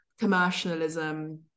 Commercialism